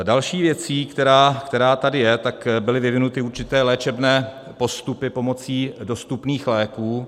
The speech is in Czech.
Další věcí, která tady je, tak byly vyvinuty určité léčebné postupy pomocí dostupných léků.